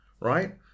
right